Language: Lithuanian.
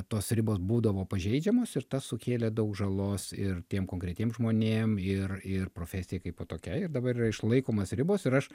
tos ribos būdavo pažeidžiamos ir tas sukėlė daug žalos ir tiem konkretiem žmonėm ir ir profesijai kaipo tokiai ir dabar yra išlaikomos ribos ir aš